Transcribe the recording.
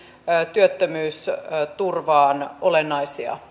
työttömyysturvaan tehtyihin olennaisiin